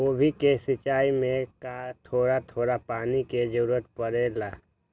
गोभी के सिचाई में का थोड़ा थोड़ा पानी के जरूरत परे ला?